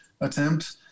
attempt